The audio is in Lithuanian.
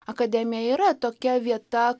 akademija yra tokia vieta